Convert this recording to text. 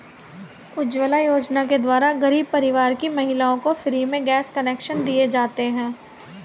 उज्जवला योजना द्वारा गरीब परिवार की महिलाओं को फ्री में गैस कनेक्शन दिए जाते है